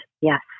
yes